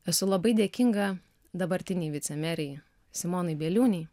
esu labai dėkinga dabartinei vicemerei simonai bieliūnei